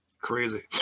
Crazy